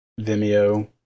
Vimeo